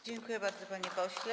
Dziękuję bardzo, panie pośle.